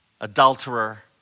adulterer